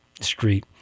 Street